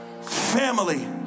Family